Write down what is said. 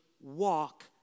walk